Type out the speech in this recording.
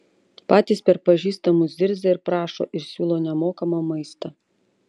patys per pažįstamus zirzia ir prašo ir siūlo nemokamą maistą